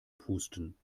pusten